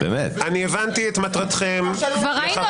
אני הבנתי את מטרתכם ----- כבר היינו